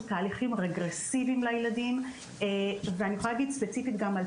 תהליכים רגרסיביים לילדים ואני יכולה להגיד ספציפית גם על